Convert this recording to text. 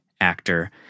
actor